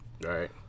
Right